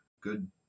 good